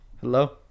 Hello